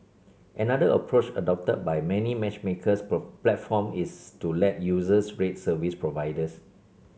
another approach adopted by many matchmaking platform is to let users rate service providers